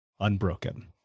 unbroken